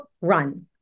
run